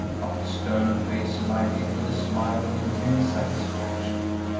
but his stern face lighted with a smile of intense satisfaction.